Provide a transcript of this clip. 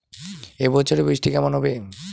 এবছর বৃষ্টি কেমন হবে?